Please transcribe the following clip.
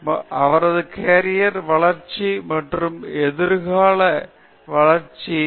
பிரசன்னா அவரது கேரியர் வளர்ச்சி மற்றும் எதிர்கால வளர்ச்சி எல்லாம் பற்றி சிந்திக்க வேண்டும்